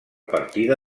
partida